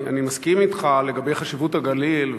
אני מסכים אתך לגבי חשיבות הגליל,